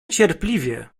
cierpliwie